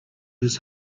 his